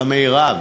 את המרב,